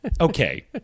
Okay